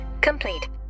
complete